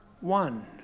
one